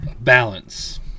balance